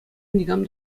никам